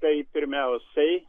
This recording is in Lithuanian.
tai pirmiausiai